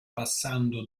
passando